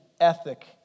ethic